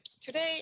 Today